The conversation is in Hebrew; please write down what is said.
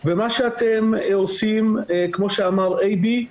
ומה שאתם עושים, כמו שאמר אייבי,